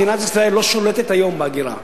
מדינת ישראל לא שולטת היום בהגירה.